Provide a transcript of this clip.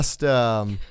last